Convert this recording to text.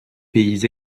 pays